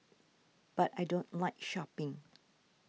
but I don't like shopping